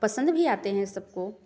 पसंद भी आते हैं सबको